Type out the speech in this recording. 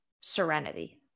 Serenity